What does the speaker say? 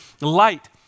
light